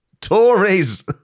Tories